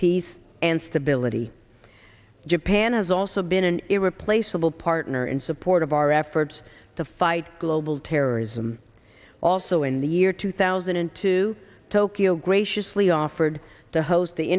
peace and stability japan has also been an irreplaceable partner in support of our efforts to fight global terrorism also in the year two thousand and two tokyo graciously offered to host the